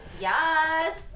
Yes